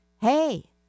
hey